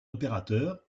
opérateur